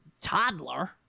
toddler